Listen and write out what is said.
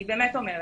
אני באמת אומרת.